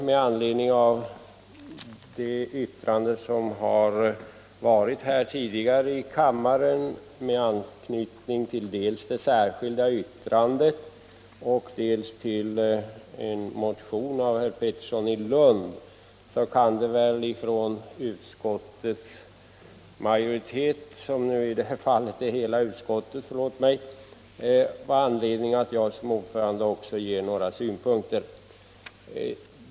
Med anledning av de yttranden som gjorts här i kammaren med anknytning till dels det särskilda yttrandet, dels motionen av herr Pettersson i Lund kan det väl vara motiverat att jag som ordförande för det enhälliga utskottet också ger några synpunkter.